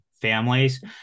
families